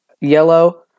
yellow